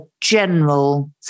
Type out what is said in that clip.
general